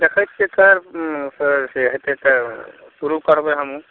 देखय छियय करिसँ से हेतय तऽ शुरु करबय हमहुँ